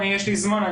יש לי זמן,